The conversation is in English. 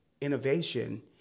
innovation